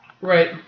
Right